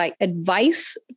advice